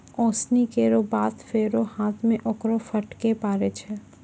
ओसौनी केरो बाद फेरु हाथ सें ओकरा फटके परै छै